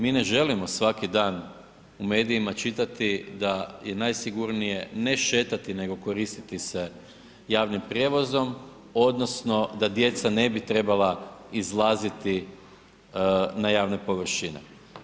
Mi ne želimo svaki dan u medijima čitati da je najsigurnije ne šetati nego koristiti se javnim prijevozom odnosno da djeca ne bi trebala izlaziti na javne površine.